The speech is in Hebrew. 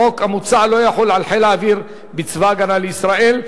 החוק המוצע לא יחול על חיל האוויר בצבא-ההגנה לישראל,